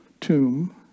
tomb